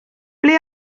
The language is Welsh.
ble